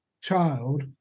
child